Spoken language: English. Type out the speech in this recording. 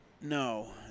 No